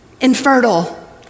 infertile